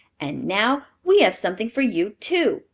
and now we have something for you, too,